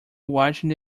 watching